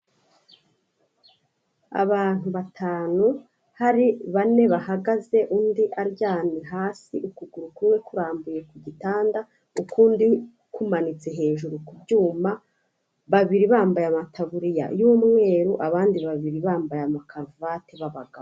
Abantu batanu hari bane bahagaze undi aryamye hasi ukuguru kumwe kurambuye kugitanda ukundi kumanitse hejuru ku byuma, babiri bambaye amataburiya y'umweru abandi babiri bambaye amakaruvati b'abagabo.